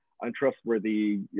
untrustworthy